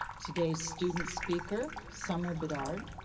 today's student speaker, summer bedard.